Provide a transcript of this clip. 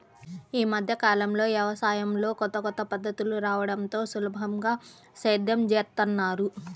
యీ మద్దె కాలంలో యవసాయంలో కొత్త కొత్త పద్ధతులు రాడంతో సులభంగా సేద్యం జేత్తన్నారు